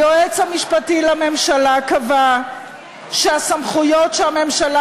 היועץ המשפטי לממשלה קבע שהסמכויות שהממשלה